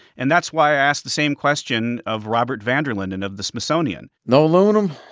and that's why i asked the same question of robert van der linden of the smithsonian no aluminum.